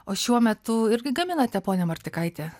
o šiuo metu irgi gaminate pone martikaiti